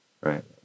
right